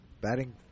Batting